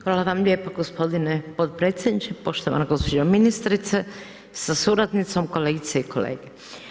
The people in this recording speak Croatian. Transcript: Hvala vam lijepo gospodine potpredsjedniče, poštovana gospođo ministrice sa suradnicom, kolegice i kolege.